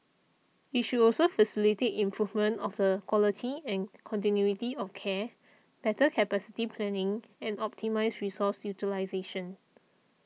it should also facilitate improvement of the quality and continuity of care better capacity planning and optimise resource utilisation